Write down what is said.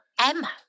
Emma